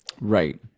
Right